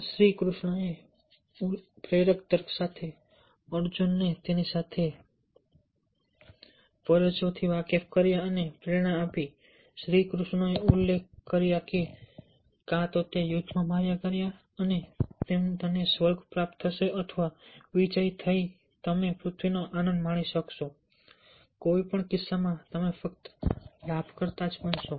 શ્રી કૃષ્ણએ પ્રેરક તર્ક સાથે અર્જુનને તેની ફરજોથી વાકેફ કર્યા અને તેને પ્રેરણા આપી શ્રી કૃષ્ણએ ઉલ્લેખ કર્યો કે કાં તો યુદ્ધમાં માર્યા ગયા અને તમે સ્વર્ગ પ્રાપ્ત કરશો અથવા વિજયી થઈને તમે પૃથ્વીનો આનંદ માણશો કોઈપણ કિસ્સામાં તમે ફક્ત લાભકર્તા બનશો